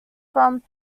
form